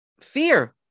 fear